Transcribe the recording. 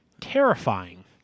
Terrifying